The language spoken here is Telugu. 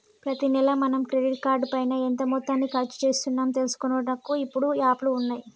ప్రతి నెల మనం క్రెడిట్ కార్డు పైన ఎంత మొత్తాన్ని ఖర్చు చేస్తున్నాము తెలుసుకొనుటకు ఇప్పుడు యాప్లు ఉన్నాయి